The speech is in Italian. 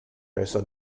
resa